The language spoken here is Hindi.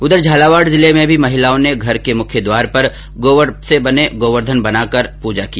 उधर झालावाड जिले में भी महिलाओं ने घर के मुख्य द्वार पर गोबर से गोवर्धन बनाकर पूजा की